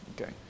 Okay